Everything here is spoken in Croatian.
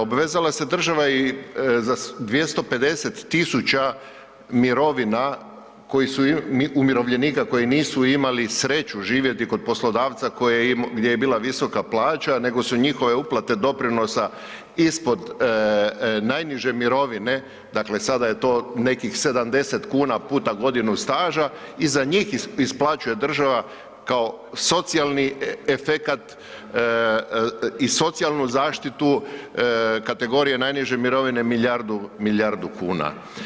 Obvezala se država i za 250 000 mirovina umirovljenika koji nisu imali sreću živjeti kod poslodavca gdje je bila visoka plaća nego su njihove uplate doprinosa ispod najniže mirovine dakle, sada je to nekih 70 kn puta godinu staža, i za njih isplaćuje država kao socijalni efekat i socijalnu zaštitu, kategorije najniže mirovine milijardu kuna.